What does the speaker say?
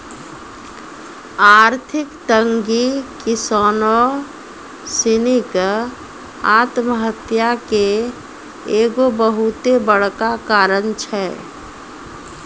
आर्थिक तंगी किसानो सिनी के आत्महत्या के एगो बहुते बड़का कारण छै